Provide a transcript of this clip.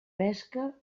pesca